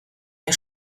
der